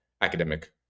academic